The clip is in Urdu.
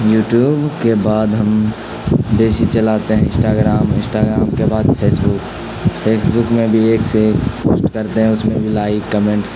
یوٹیوب کے بعد ہم بیسی چلاتے ہیں انسٹاگرام انسٹاگرام کے بعد فیس بک فیس بک میں بھی ایک سے ایک پوسٹ کرتے ہیں اس میں بھی لائک کمنٹس